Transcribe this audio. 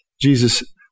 Jesus